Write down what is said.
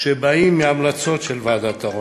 שבאים מהמלצות של ועדת העוני.